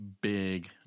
big